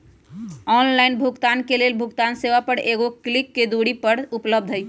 online भुगतान के लेल भुगतान सेवा एगो क्लिक के दूरी पर उपलब्ध हइ